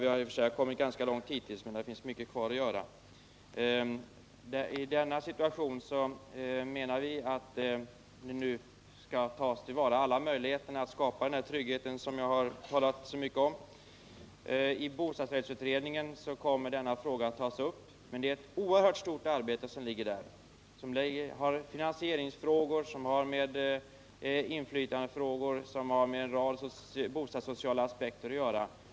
Vi har i och för sig kommit ganska långt hittills men det finns mycket kvar att göra, och vi vill betona att man måste skapa trygghet för dessa människor. I bostadsrättsutredningen kommer den här frågan att tas upp, men där ligger ett oerhört stort arbete. Utredningen skall klara av finansieringsfrågan, inflytandefrågor och en rad andra frågor som har med bostadssociala aspekter att göra.